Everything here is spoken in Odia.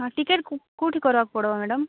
ହଁ ଟିକେଟ୍ କେଉଁଠି କରିବାକୁ ପଡ଼ିବ ମ୍ୟାଡ଼ାମ୍